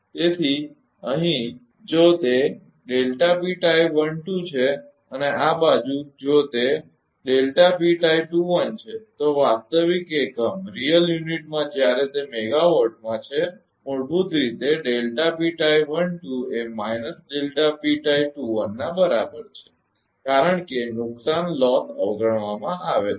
તેથી અહીં જો તે છે અને આ બાજુ જો તે છે તો વાસ્તવિક એકમમાં જ્યારે તે મેગાવાટમાં છે મૂળભૂત રીતે એ માઇનસ ના બરાબર છે કારણ કે નુકસાનલોસ અવગણવામાં આવે છે